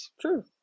True